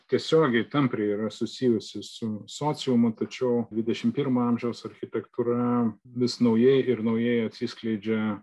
tiesiogiai tampriai yra susijusi su sociumu tačiau dvidešimt pirmo amžiaus architektūra vis naujai ir naujai atsiskleidžia